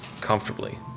comfortably